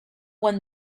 when